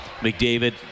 McDavid